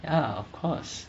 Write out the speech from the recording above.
yeah of course